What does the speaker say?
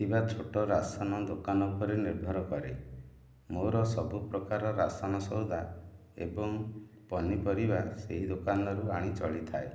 ଥିବା ଛୋଟ ରାସନ ଦୋକାନ ଉପରେ ନିର୍ଭର କରେ ମୋର ସବୁ ପ୍ରକାର ରାସନ ସଉଦା ଏବଂ ପନିପରିବା ସେହି ଦୋକାନରୁ ଆଣି ଚଳିଥାଏ